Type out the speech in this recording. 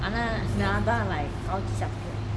அனா நான் தான்:ana naan thaan like